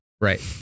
Right